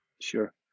Sure